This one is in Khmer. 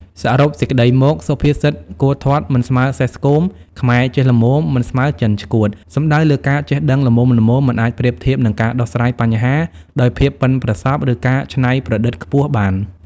សរុបសេចក្ដីមក សុភាសិត "គោធាត់មិនស្មើសេះស្គម ខ្មែរចេះល្មមមិនស្មើចិនឆ្កួត" សំដៅលើការចេះដឹងល្មមៗ មិនអាចប្រៀបធៀបនឹងការដោះស្រាយបញ្ហាដោយភាពប៉ិនប្រសប់ ឬការច្នៃប្រឌិតខ្ពស់បាន។